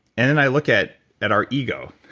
and then i look at at our ego.